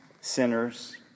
sinners